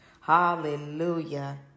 Hallelujah